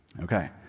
okay